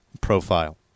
profile